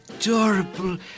adorable